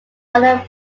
other